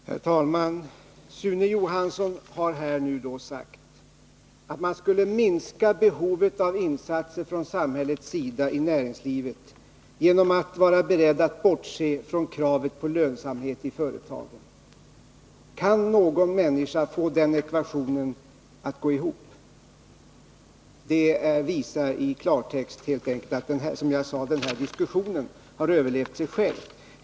Herr talman! Sune Johansson har nu sagt att man skulle minska behovet av insatser från samhällets sida i näringslivet genom att vara beredd att bortse från kravet på lönsamhet i företagen. Kan någon människa få den ekvationen att gå ihop? Det visar i klartext helt enkelt, som jag sade, att den här diskussionen har överlevt sig själv.